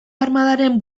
armadaren